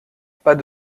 pas